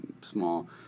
small